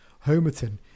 Homerton